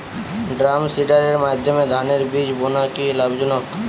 ড্রামসিডারের মাধ্যমে ধানের বীজ বোনা কি লাভজনক?